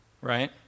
right